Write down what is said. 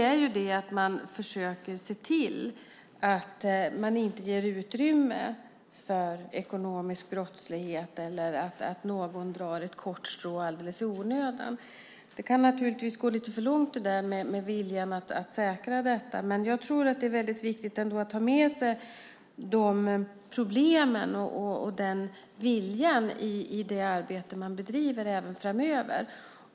Viljan att säkra detta kan naturligtvis gå lite för långt, men jag tror ändå att det är väldigt viktigt att ta med sig de problemen och den viljan i det arbete man bedriver även framöver.